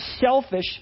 selfish